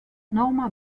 norma